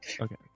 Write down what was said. Okay